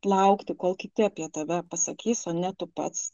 laukti kol kiti apie tave pasakys o ne tu pats